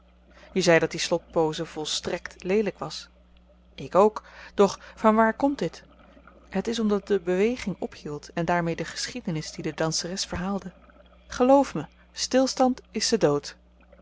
je zei dat die slot pose volstrekt leelyk was ik ook doch vanwaar komt dit het is omdat de beweging ophield en daarmee de geschiedenis die de danseres verhaalde geloof me stilstand is de dood